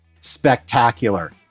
spectacular